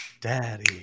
Daddy